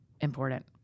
important